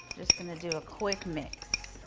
just going to do a quick mix.